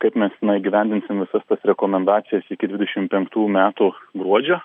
kaip mes na įgyvendinsim visas tas rekomendacijas iki dvidešim penktų metų gruodžio